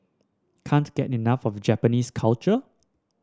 can't get enough of Japanese culture